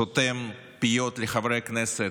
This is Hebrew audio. סותם פיות לחברי הכנסת,